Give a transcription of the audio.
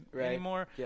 anymore